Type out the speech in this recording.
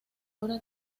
obra